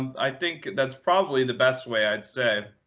i think that's probably the best way, i'd say.